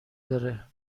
داره